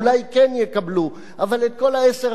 אבל את כל העשרה היה קושי מסוים לקבל.